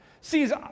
sees